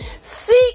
Seek